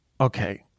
okay